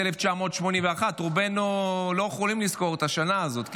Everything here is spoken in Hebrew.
1981. רובנו לא יכולים לזכור את השנה הזאת.